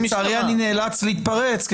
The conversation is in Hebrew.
לצערי, אני נאלץ להתפרץ.